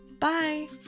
Bye